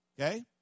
Okay